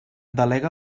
delega